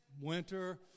Winter